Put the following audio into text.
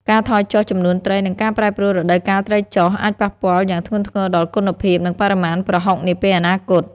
ការថយចុះចំនួនត្រី និងការប្រែប្រួលរដូវកាលត្រីចុះ អាចប៉ះពាល់យ៉ាងធ្ងន់ធ្ងរដល់គុណភាព និងបរិមាណប្រហុកនាពេលអនាគត។